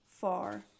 far